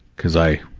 cause i,